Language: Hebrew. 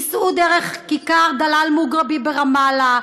ייסעו דרך כיכר דלאל מוגרבי ברמאללה,